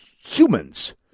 humans